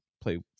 play